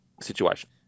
situation